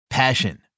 Passion